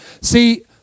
see